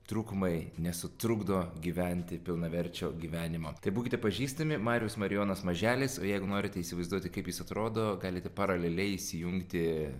trūkumai nesutrukdo gyventi pilnaverčio gyvenimo tai būkite pažįstami marius marijonas maželis o jeigu norite įsivaizduoti kaip jis atrodo galite paraleliai įsijungti